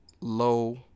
Low